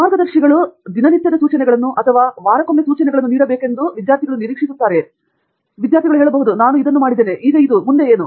ಮಾರ್ಗದರ್ಶಿಗಳು ದಿನನಿತ್ಯದ ಸೂಚನೆಗಳನ್ನು ಅಥವಾ ನಿಮಗೆ ತಿಳಿದಿರುವ ಅಥವಾ ವಾರಕ್ಕೊಮ್ಮೆ ಸೂಚನೆಗಳನ್ನು ನೀಡಬೇಕೆಂದು ಅವರು ನಿರೀಕ್ಷಿಸುತ್ತಾರೆ ನಾನು ಇದನ್ನು ಮಾಡಿದ್ದೇನೆ ಈಗ ಏನು ಮುಂದಿನದು